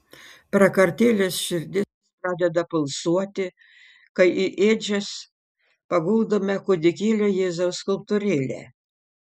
prakartėlės širdis pradeda pulsuoti kai į ėdžias paguldome kūdikėlio jėzaus skulptūrėlę